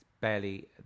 Barely